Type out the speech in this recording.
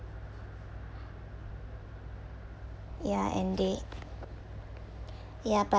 ya and they ya ba~